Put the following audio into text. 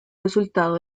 resultado